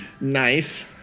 Nice